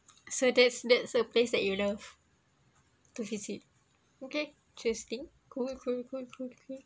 so that's that's a place that you love to visit okay interesting cool cool cool cool